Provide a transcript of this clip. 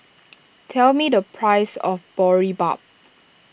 tell me the price of Boribap